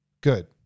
good